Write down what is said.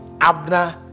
abner